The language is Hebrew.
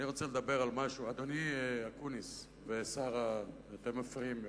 חבר הכנסת אקוניס והשרה, אתם מפריעים לי.